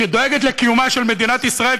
שדואגת לקיומה של מדינת ישראל,